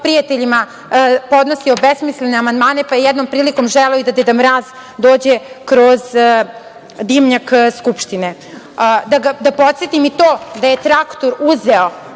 prijateljima podnosio besmislene amandmane, pa je jednom prilikom želeo da i deda Mraz dođe kroz dimnjak Skupštine. Da podsetim i da je traktor uzeo,